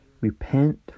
repent